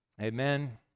Amen